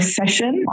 session